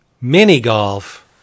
Mini-golf